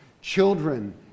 children